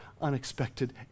unexpected